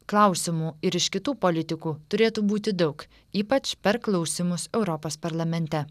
klausimų ir iš kitų politikų turėtų būti daug ypač per klausymus europos parlamente